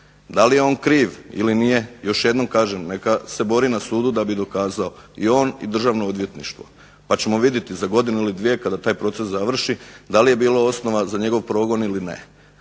Da li je on kriv ili nije još jednom kažem neka se bori na sudu da bi dokazao i on i Državno odvjetništvo, pa ćemo vidjeti za godinu ili dvije kada taj proces završi da li je bilo osnova za njegov progon ili ne.